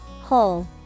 Whole